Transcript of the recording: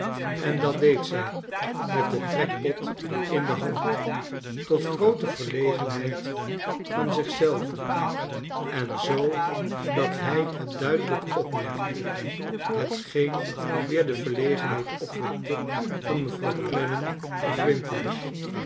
en dat deed zij met den trekpot in de hand tot groote verlegenheid van zich zelve en zoo dat hij het duidelijk opmerkte hetgeen weer de verlegenheid opwekte van mevrouw clennam en